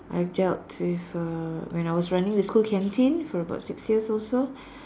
I've dealt with uh when I was running the school canteen for about six years also